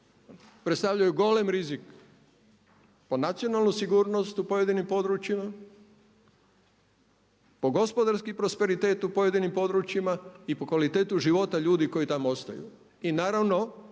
predstavljaju golem rizik po nacionalnu sigurnost u pojedinim područjima, po gospodarski prosperitet u pojedinim područjima i po kvalitetu života ljudi koji tamo ostaju i naravno